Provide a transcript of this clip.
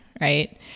right